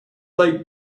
light